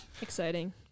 exciting